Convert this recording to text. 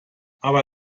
aber